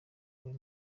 buri